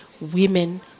women